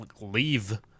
leave